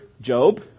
Job